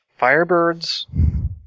firebirds